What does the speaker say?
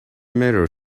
mirror